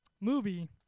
Movie